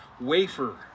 Wafer